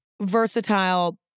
versatile